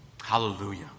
Hallelujah